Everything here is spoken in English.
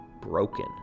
broken